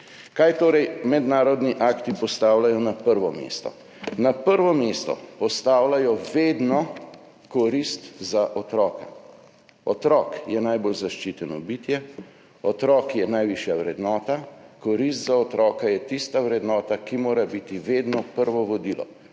Kaj torej mednarodni akti postavljajo na prvo mesto? Na prvo mesto vedno postavljajo korist za otroka. Otrok je najbolj zaščiteno bitje, otrok je najvišja vrednota, korist za otroka je tista vrednota, ki mora biti vedno prvo vodilo.